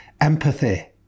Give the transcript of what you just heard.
empathy